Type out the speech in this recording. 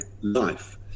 life